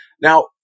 Now